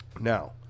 Now